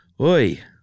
Oi